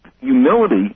Humility